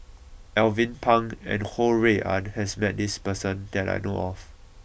Alvin Pang and Ho Rui An has met this person that I know of